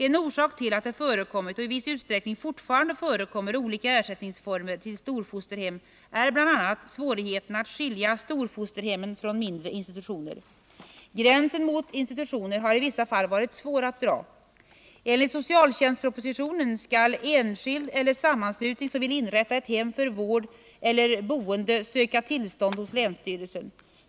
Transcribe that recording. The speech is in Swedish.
En orsak till att det förekommit och i viss utsträckning fortfarande förekommer olika ersättningsformer till storfosterhem är bl.a. svårigheten att skilja storfosterhemmen från mindre institutioner. Gränsen mot institutioner har i vissa fall varit svår att dra. Enligt socialtjänstpropositionen skall enskild eller sammanslutning som vill inrätta ett hem för vård eller boende söka tillstånd hos länsstyrelsen.